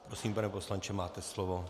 Prosím, pane poslanče, máte slovo.